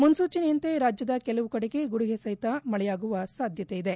ಮುನ್ಸೂಚನೆಯಂತೆ ರಾಜ್ಯದ ಕೆಲವು ಕಡೆ ಗುಡುಗು ಸಹಿತ ಮಳೆಯಾಗುವ ಸಾಧ್ಯತೆ ಇದೆ